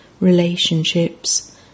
relationships